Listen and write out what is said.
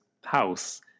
house